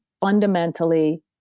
fundamentally